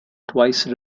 twice